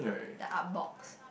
the Artbox